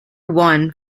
one